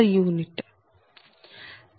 u